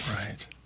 Right